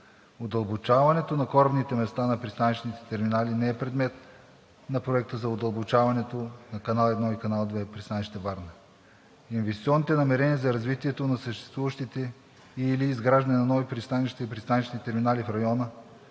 Удълбочаването на корабните места на пристанищните терминали не е предмет на Проекта за удълбочаването на канал едно и канал две – пристанище „Варна“. Инвестиционните намерения за развитие на съществуващите или изграждане на нови пристанища и пристанищни терминали в района,